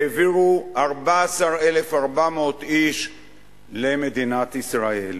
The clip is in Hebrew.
והעבירו 14,400 איש למדינת ישראל.